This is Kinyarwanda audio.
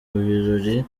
birori